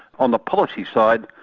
on the policy side,